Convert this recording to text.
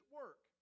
work